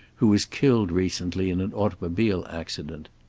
who was killed recently in an automobile accident.